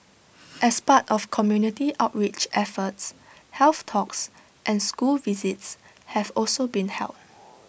as part of community outreach efforts health talks and school visits have also been held